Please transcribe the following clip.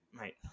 mate